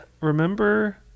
remember